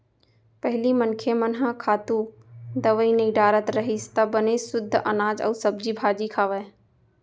पहिली मनखे मन ह खातू, दवई नइ डारत रहिस त बने सुद्ध अनाज अउ सब्जी भाजी खावय